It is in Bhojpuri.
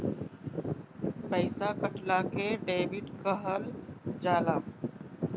पइसा कटला के डेबिट कहल जाला